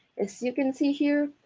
as you can see here,